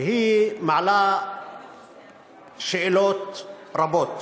והיא מעלה שאלות רבות.